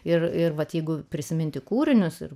ir ir vat jeigu prisiminti kūrinius ir